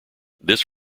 this